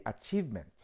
achievement